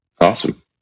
awesome